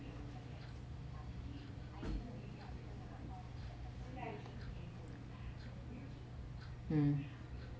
um